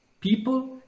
people